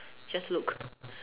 just look